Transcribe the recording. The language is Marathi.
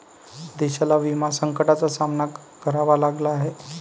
देशाला विमा संकटाचा सामना करावा लागला आहे